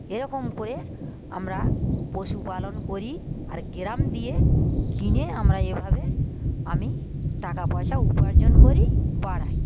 এরকম করে আমরা পশু পালন করি আর গ্রাম দিয়ে কিনে আমরা এভাবে আমি টাকা পয়সা উপার্জন করি বাড়াই